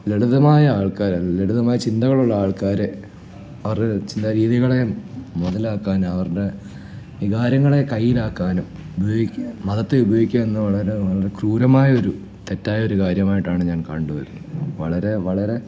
ലളിതമായി ആൾക്കാരതിൽ ലളിതമായി ചിന്തകളുള്ള ആൾക്കാർ അവരുടെ ചിന്താരീതികളേയും മുതലാക്കാനും അവരുടെ വികാരങ്ങളെ കൈയ്യിലാക്കാനും ഉപയോഗിക്കുന്ന മതത്തെ ഉപയോഗിക്കാനിന്ന് വളരെ വളരെ ക്രൂരമായൊരു തെറ്റായൊരു കാര്യമായിട്ടാണ് ഞാൻ കണ്ടുവരുന്നത് വളരെ വളരെ